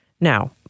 Now